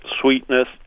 sweetness